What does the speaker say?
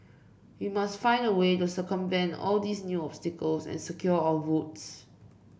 we must find a way to circumvent all these new obstacles and secure our votes